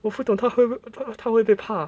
我不懂他会不会他会不会怕